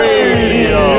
Radio